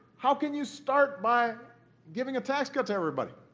how can you start by giving a tax cut to everybody